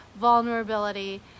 vulnerability